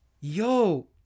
Yo